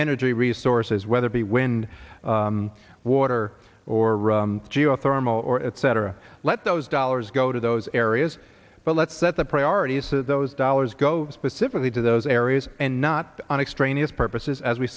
energy resources whether be wind water or geothermal or etc let those dollars go to those areas but let's set the priorities that those dollars go specifically to those areas and not on extraneous purposes as we